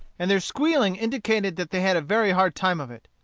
and their squealing indicated that they had a very hard time of it.